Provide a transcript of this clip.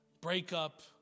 breakup